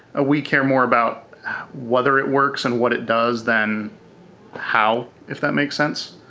ah we care more about whether it works and what it does than how, if that makes sense.